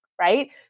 right